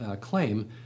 claim